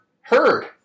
heard